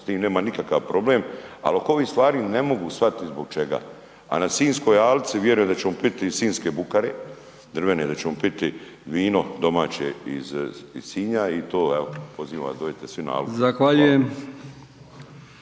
s tim nemam nikakav problem, ali oko ovih stvari ne mogu shvatiti zbog čega a na Sinjskoj alci vjerujem da ćemo biti iz sinjske bukare, drvene, da ćemo piti vino domaće iz Sinja i to evo, pozivam vas da dođete svi na alku.